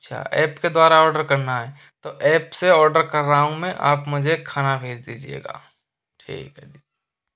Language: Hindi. अच्छा ऐप के द्वारा ऑर्डर करना है ऐप से ऑर्डर कर रहा हूँ मैं आप मुझे खाना भेज दीजियेगा ठीक है